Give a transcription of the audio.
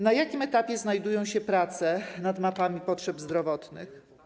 Na jakim etapie znajdują się prace nad mapami potrzeb zdrowotnych?